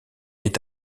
est